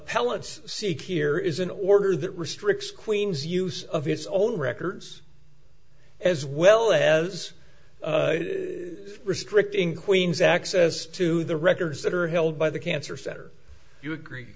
pellant's seek here is an order that restricts queens use of its own records as well as restricting queens access to the records that are held by the cancer center you agree